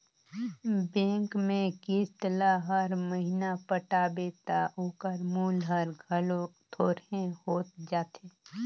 bank में किस्त ल हर महिना पटाबे ता ओकर मूल हर घलो थोरहें होत जाथे